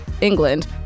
England